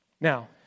Now